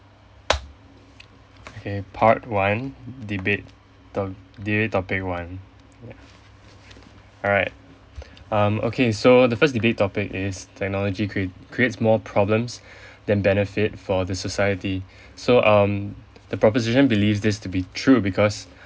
okay part one debate to~ debate topic one alright um okay so the first debate topic is technology create creates more problems than benefit for the society so um the proposition believes this to be true because